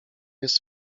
jest